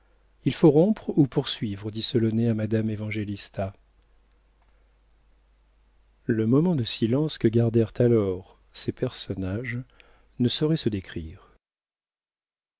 il faut rompre ou poursuivre dit solonet à madame évangélista le moment de silence que gardèrent alors ces personnages ne saurait se décrire